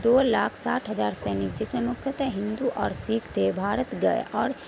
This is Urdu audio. دو لاکھ ساٹھ ہزار سینک جس میں مکھیتہ ہندو اور سکھ تھے بھارت گئے اور